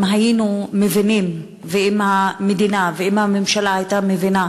אם היינו מבינים ואם המדינה ואם הממשלה היו מבינות